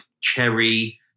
cherry